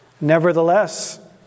Nevertheless